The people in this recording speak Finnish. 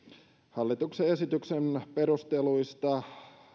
hallituksen esityksen perusteluista